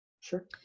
sure